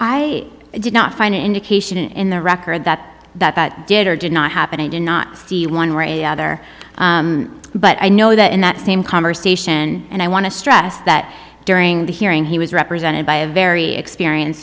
i did not find an indication in the record that that that did or did not happen i did not see one ray other but i know that in that same conversation and i want to stress that during the hearing he was represented by a very experienced